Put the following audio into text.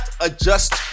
adjust